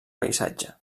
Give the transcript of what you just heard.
paisatge